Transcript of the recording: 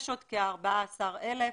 יש עוד כ-14 אלף,